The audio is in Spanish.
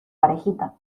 parejita